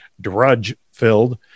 drudge-filled